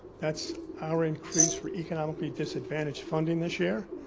that's our increase for economically disadvantaged funding this year.